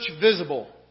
visible